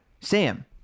Sam